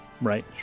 right